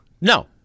No